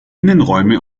innenräume